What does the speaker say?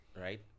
right